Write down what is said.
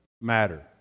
matter